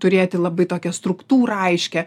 turėti labai tokią struktūrą aiškią